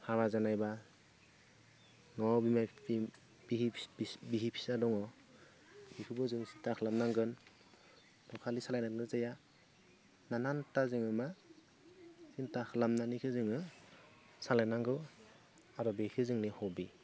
हाबा जानायबा न'आव बिमा बिफा बिसि फिसा दङ बेफोरखौ जों सिन्ता खालामनांगोन खालि सालायबाल' जाया नानान्ता जोङो मा सिन्ता खालामनानैसो जोङो सालायनांगौ आरो बेसो जोंनि हबि